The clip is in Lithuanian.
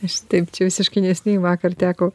aš taip čia visiškai neseniai vakar teko